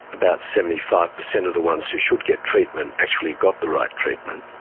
about seventy five percent of the ones who should get treatment actually got the right treatment,